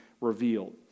revealed